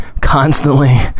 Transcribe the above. constantly